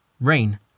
Rain